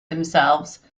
themselves